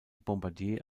bombardier